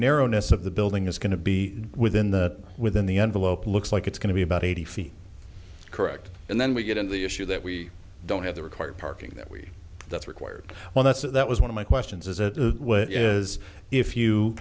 narrowness of the buildings can to be within the within the envelope looks like it's going to be about eighty feet correct and then we get into the issue that we don't have the required parking that we that's required well that's that was one of my questions as it is if you